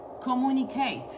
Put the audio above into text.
communicate